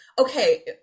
okay